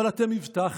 אבל אתם הבטחתם,